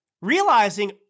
realizing